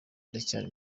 ndacyari